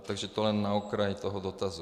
Takže to jen na okraj toho dotazu.